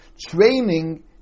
Training